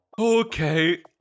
Okay